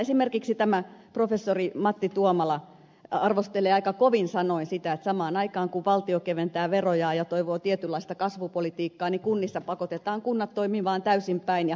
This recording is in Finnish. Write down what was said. esimerkiksi professori matti tuomala arvostelee aika kovin sanoin sitä että samaan aikaan kun valtio keventää veroja ja toivoo tietynlaista kasvupolitiikkaa kunnissa pakotetaan kunnat toimimaan täysin päinvastoin